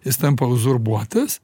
jis tampa uzurbuotas